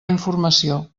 informació